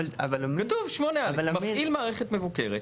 כתוב ב-8 א', המפעיל מערכת מבוקרת,